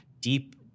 deep